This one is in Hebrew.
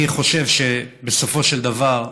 אני חושב שבסופו של דבר,